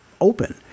open